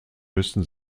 müssen